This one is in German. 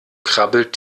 krabbelt